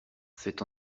c’est